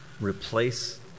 replace